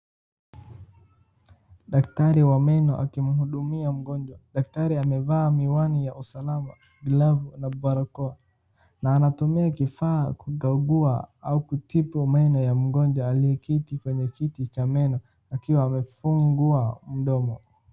Daktari wa meno aki mhudumia mgonjwa, daktari amevaa miwani ya usalama, glavu na barakoa na anatumia kifaa kukagua au kutibu meno ya mgonjwa aliye keti kwenye kiti cha meno akiwa amefungua mdomo.